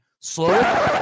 Slow